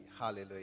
Hallelujah